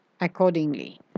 accordingly